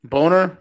Boner